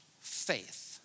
faith